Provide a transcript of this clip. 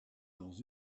dans